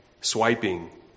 swiping